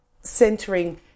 centering